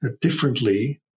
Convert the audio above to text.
differently